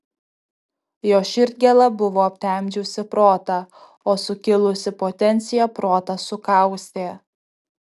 jo širdgėla buvo aptemdžiusi protą o sukilusi potencija protą sukaustė